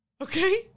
okay